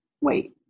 wait